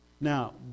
Now